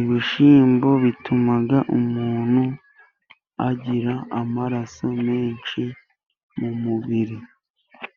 ibishyimbo bituma umuntu agira amaraso menshi mu mubiri.